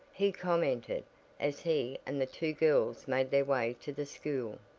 he commented as he and the two girls made their way to the school.